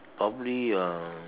probably um